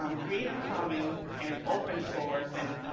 um create a common and open source and